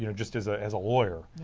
you know just as ah as a lawyer.